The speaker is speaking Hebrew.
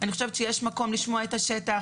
אני חושבת שיש מקום לשמוע את השטח,